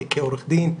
כעורך דין,